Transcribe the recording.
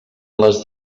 les